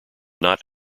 not